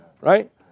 right